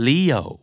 Leo